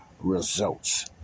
results